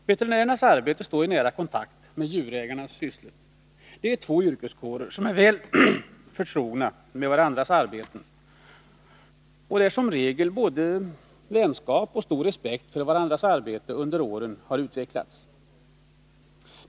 Veterinärernas arbete står i nära kontakt med djurägarnas sysslor. Det är två yrkeskårer som är väl förtrogna med varandras arbeten och där som regel både vänskap och stor respekt för resp. arbeten under åren har utvecklats.